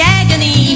agony